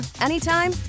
anytime